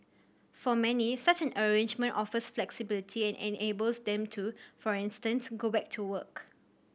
for many such an arrangement offers flexibility and enables them to for instance go back to work